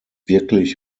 wirklich